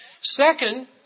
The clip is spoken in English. Second